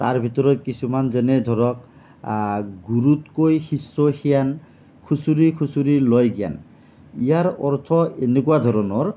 তাৰ ভিতৰত কিছুমান যেনে ধৰক গুৰুতকৈ শিষ্য সিয়ান খুচৰি খুচৰি লয় জ্ঞান ইয়াৰ অৰ্থ এনেকুৱা ধৰণৰ